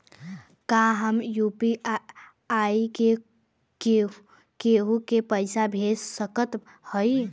का हम यू.पी.आई से केहू के पैसा भेज सकत हई?